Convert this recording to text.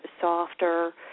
softer